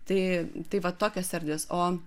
tai tai va tokios erdvės o